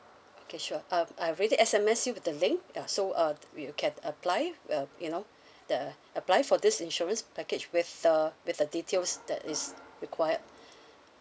okay sure uh I already S_M_S you the link ya so uh you can apply uh you know the apply for this insurance package with the with the details that is required